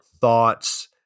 thoughts